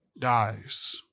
dies